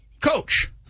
coach